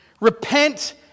Repent